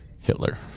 Hitler